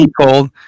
cold